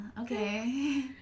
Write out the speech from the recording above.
okay